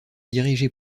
dirigé